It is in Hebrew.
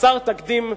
חסר תקדים,